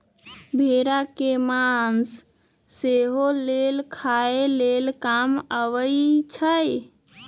भेड़ा के मास सेहो लेल खाय लेल काम अबइ छै